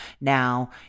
now